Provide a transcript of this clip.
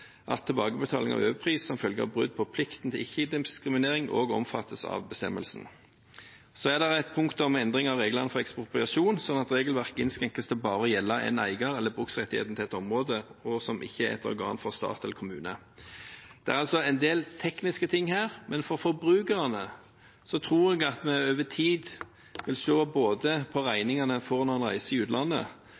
at tilbakebetaling av overpris som følge av brudd på plikten til ikke-diskriminering også omfattes av bestemmelsen. Det er et punkt om endring av reglene for ekspropriasjon, slik at regelverket innskrenkes til bare å gjelde en eier eller bruksretten til et område som ikke er et organ for stat eller kommune. Det er altså en del tekniske ting her, men forbrukerne tror jeg over tid vil se, på regningene de får når de reiser i utlandet,